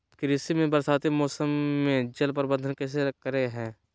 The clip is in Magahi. कृषि में बरसाती मौसम में जल प्रबंधन कैसे करे हैय?